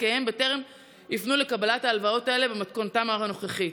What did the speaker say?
עסקיהם בטרם יפנו לקבלת ההלוואות האלה במתכונתן הנוכחית.